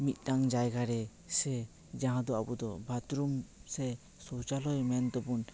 ᱢᱤᱫᱴᱟᱝ ᱡᱟᱭᱜᱟ ᱨᱮ ᱥᱮ ᱡᱟᱦᱟᱸ ᱫᱚ ᱟᱵᱚ ᱫᱚ ᱵᱟᱫᱽᱨᱩᱢ ᱥᱮ ᱥᱳᱣᱪᱟᱞᱚᱭ ᱢᱮᱱᱛᱮᱵᱚᱱ